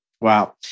Wow